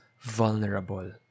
vulnerable